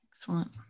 Excellent